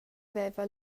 veva